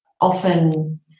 often